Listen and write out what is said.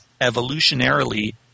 evolutionarily